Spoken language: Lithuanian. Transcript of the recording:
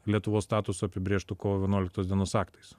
lietuvos statusu apibrėžtu kovo vienuoliktos dienos aktais